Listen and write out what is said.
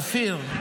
אופיר,